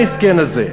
המסכן הזה,